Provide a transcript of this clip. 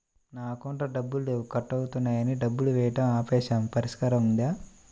నా అకౌంట్లో డబ్బులు లేవు కట్ అవుతున్నాయని డబ్బులు వేయటం ఆపేసాము పరిష్కారం ఉందా?